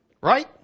Right